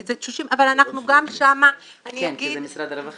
כן, כי זה משרד הרווחה.